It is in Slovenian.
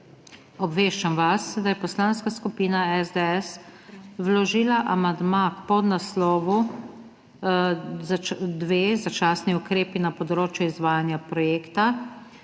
Obveščam vas, da je Poslanska skupina SDS vložila amandma k podnaslovu 2 Začasni ukrepi na področju izvajanja projekta